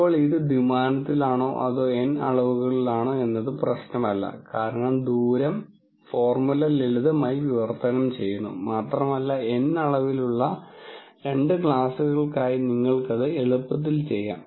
ഇപ്പോൾ ഇത് ദ്വിമാനത്തിലാണോ അതോ N അളവുകളിലാണോ എന്നത് പ്രശ്നമല്ല കാരണം ദൂരം ഫോർമുല ലളിതമായി വിവർത്തനം ചെയ്യുന്നു മാത്രമല്ല N അളവിലുള്ള രണ്ട് ക്ലാസുകൾക്കായി നിങ്ങൾക്ക് അത് എളുപ്പത്തിൽ ചെയ്യാം